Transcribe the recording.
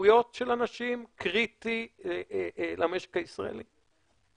לחירויות של אנשים, קריטי למשק הישראלי.